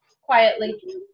quietly